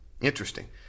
Interesting